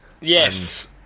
Yes